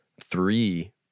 Three